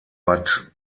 bad